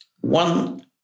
one